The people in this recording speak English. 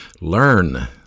Learn